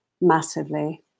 massively